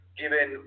given